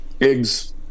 eggs